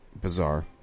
bizarre